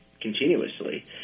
continuously